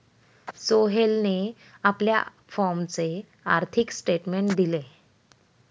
सोहेलने आपल्या फॉर्मचे आर्थिक स्टेटमेंट दिले